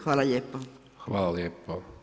Hvala lijepo.